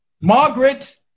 Margaret